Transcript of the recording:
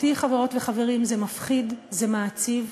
אותי, חברות וחברים, זה מפחיד, זה מעציב,